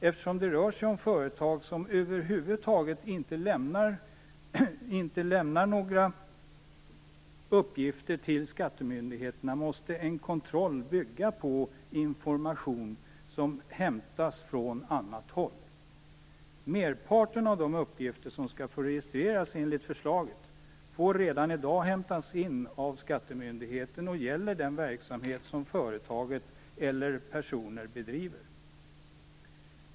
Eftersom det rör sig om företag som över huvud taget inte lämnar några uppgifter till skattemyndigheterna måste en kontroll bygga på information som hämtas från annat håll. Merparten av de uppgifter som skall få registreras enligt förslaget får redan i dag hämtas in av skattemyndigheten och gäller den verksamhet som företaget eller personen bedriver.